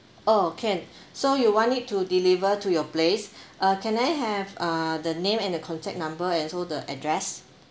oh can so you want it to deliver to your place uh can I have uh the name and the contact number and also the address